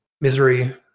misery